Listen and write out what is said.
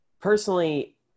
Personally